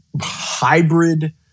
hybrid